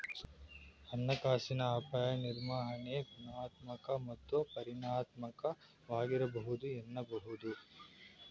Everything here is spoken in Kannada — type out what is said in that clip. ಹಣಕಾಸಿನ ಅಪಾಯ ನಿರ್ವಹಣೆ ಗುಣಾತ್ಮಕ ಮತ್ತು ಪರಿಮಾಣಾತ್ಮಕವಾಗಿರಬಹುದು ಎನ್ನಬಹುದು